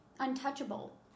Untouchable